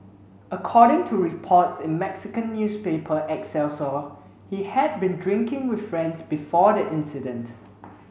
according to reports in Mexican newspaper Excelsior he had been drinking with friends before the incident